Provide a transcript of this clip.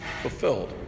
Fulfilled